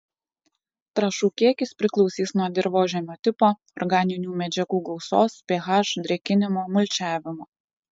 trąšų kiekis priklausys nuo dirvožemio tipo organinių medžiagų gausos ph drėkinimo mulčiavimo